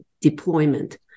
deployment